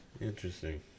Interesting